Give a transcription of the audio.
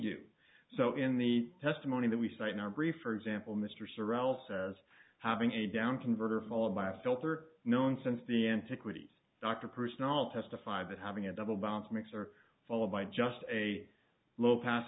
do so in the testimony that we cite in our brief for example mr sorrels as having a down converter followed by a filter known since the antiquities dr personel testify that having a double bounce mixer followed by just a low pass